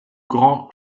grands